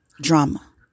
drama